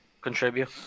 contribute